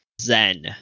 Zen